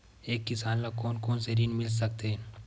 एक किसान ल कोन कोन से ऋण मिल सकथे?